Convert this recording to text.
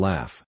Laugh